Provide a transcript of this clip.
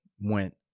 went